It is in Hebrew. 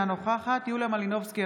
אינה נוכחת יוליה מלינובסקי,